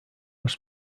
was